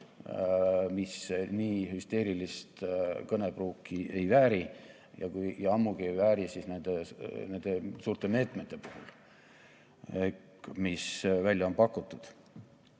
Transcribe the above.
mis nii hüsteerilist kõnepruuki ei vääri. Ja ammugi ei vääri nende suurte meetmete puhul, mis välja on pakutud.